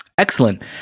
Excellent